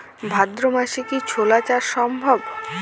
ভাদ্র মাসে কি ছোলা চাষ সম্ভব?